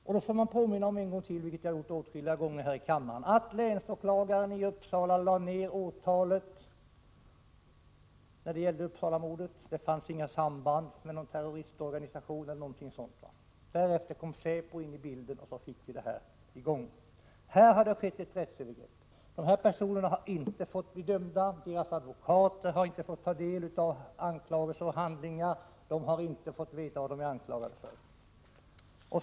Jag skall än en gång påminna kammaren om -— jag har gjort det åtskilliga gånger — att länsåklagaren i Uppsala lade ner åtalet när det gäller Uppsalamordet. Det fanns inget samband mellan det och någon terroristorganisation. Därefter kom säpo in i bilden och fick det hela i gång. Här har det skett ett rättsövergrepp. Dessa personer och deras advokater har inte fått ta del av anklagelserna och handlingarna, och de har inte fått veta vad de är anklagade för.